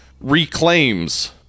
reclaims